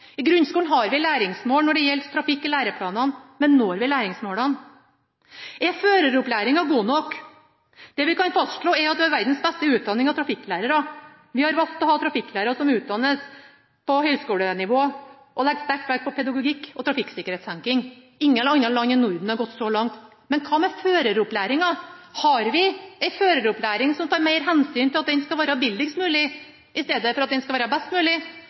I grunnskolen har vi i læreplanene læringsmål når det gjelder trafikk, men når vi læringsmålene? Er føreropplæringa god nok? Det vi kan fastslå, er at vi har verdens beste utdanning av trafikklærere. Vi har valgt å ha trafikklærere som utdannes på høgskolenivå, og legger sterk vekt på pedagogikk og trafikksikkerhetstenking. Ingen andre land i Norden har gått så langt. Men hva med føreropplæringa – har vi en føreropplæring som tar mer hensyn til at den skal være billigst mulig, i stedet for at den skal være best mulig?